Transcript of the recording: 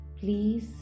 please